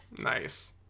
Nice